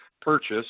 purchase